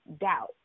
doubt